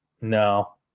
No